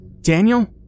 Daniel